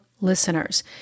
listeners